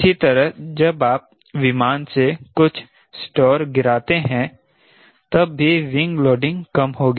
इसी तरह जब आप विमान से कुछ स्टोर गिराते हैं तब भी विंग लोडिंग कम होगी